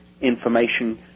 information